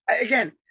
again